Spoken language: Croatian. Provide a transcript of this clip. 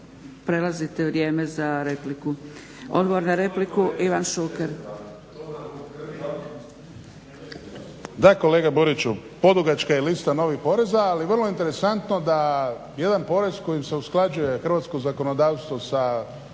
prelazite vrijeme za repliku. Odgovor na repliku Ivan Šuker. **Šuker, Ivan (HDZ)** Da, kolega Buriću podugačka lista je novih poreza ali je vrlo interesantno da jedan porez kojim se usklađuje hrvatsko zakonodavstvo sa